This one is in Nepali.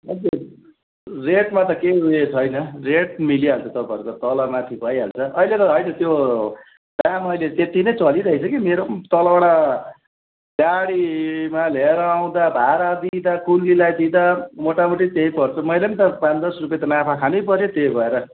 हजुर रेटमा त केही उयो छैन रेट मिलिहाल्छ तपाईँहरूको तलमाथि भइहाल्छ अहिले त होइन त्यो दाम अहिले त त्यत्ति नै चलिरहेको छ कि मेरो पनि तलबाट गाडीमा लिएर आउँदा भाडा दिँदा कुल्लीलाई दिँदा मोटामोटी त्यही पर्छ मैले पनि त पाँच दस रुपियाँ त नाफा खानैपर्यो त्यही भएर